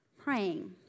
praying